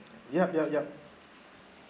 yup yup yup